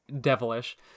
devilish